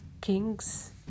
kings